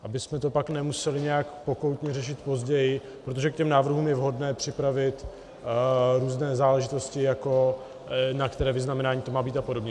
Abyste to pak nemuseli nějak pokoutně řešit později, protože k těm návrhům je vhodné připravit různé záležitosti, jako na které vyznamenání to má být a podobně.